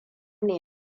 ne